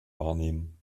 wahrnehmen